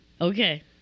Okay